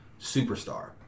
superstar